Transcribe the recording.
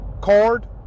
card